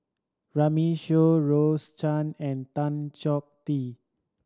Runme Shaw Rose Chan and Tan Chong Tee